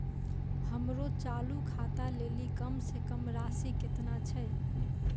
हमरो चालू खाता लेली कम से कम राशि केतना छै?